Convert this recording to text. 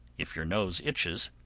if your nose itches,